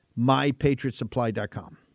MyPatriotSupply.com